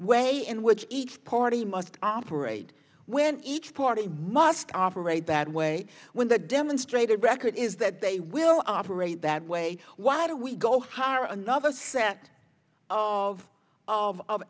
way in which each party must operate when each party must operate that way when the demonstrated record is that they will operate that way why do we go hire another set of of